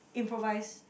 improvise